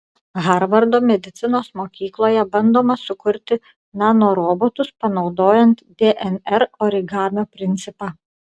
harvardo medicinos mokykloje bandoma sukurti nanorobotus panaudojant dnr origamio principą